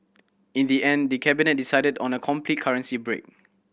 in the end the Cabinet decided on a complete currency break